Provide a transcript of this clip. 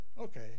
okay